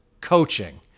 coaching